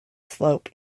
slope